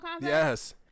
yes